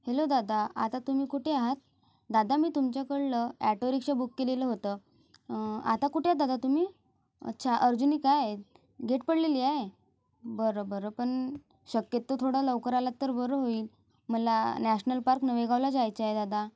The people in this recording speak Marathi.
हॅलो दादा आता तुम्ही कुठे आहात दादा मी तुमच्याकडलं ॲटोरिक्षा बुक केलेलं होतं आता कुठेत दादा तुम्ही अच्छा अर्जुनी काय गेट पडलेली आहे बंर बरं पण शक्यतो थोडा लवकर आलात तर बरं होईल मला नॅशनल पार्क नवेगावला जायचंय दादा